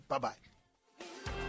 Bye-bye